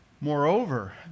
Moreover